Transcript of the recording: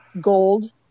Gold